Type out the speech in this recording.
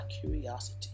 curiosity